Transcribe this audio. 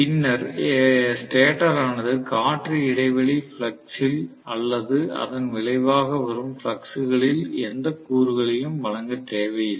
பின்னர் ஸ்டேட்டர் ஆனது காற்று இடைவெளி பிளக்ஸ் ல் அல்லது அதன் விளைவாக வரும் பிளக்ஸ் களில் எந்த கூறுகளையும் வழங்க தேவையில்லை